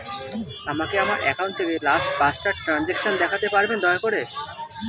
আমাকে আমার অ্যাকাউন্ট থেকে লাস্ট পাঁচটা ট্রানজেকশন দেখাতে পারবেন দয়া করে